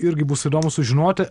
irgi bus įdomu sužinoti